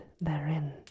therein